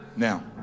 Now